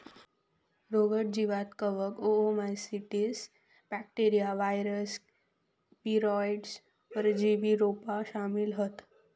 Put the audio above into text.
रोगट जीवांत कवक, ओओमाइसीट्स, बॅक्टेरिया, वायरस, वीरोइड, परजीवी रोपा शामिल हत